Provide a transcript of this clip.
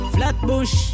Flatbush